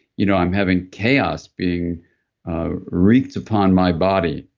you know i'm having chaos being ah wreaked upon my body,